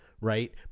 right